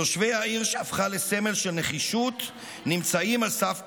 תושבי העיר שהפכה לסמל של נחישות נמצאים על סף קריסה.